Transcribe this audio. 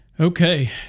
Okay